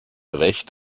recht